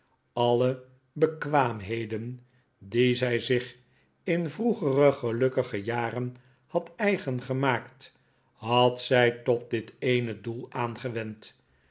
alle bekwaamheden die zij zich in vroegere gelukkiger jaren had eigen gemaakt had zij tot dit eene doel aangewend